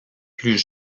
plus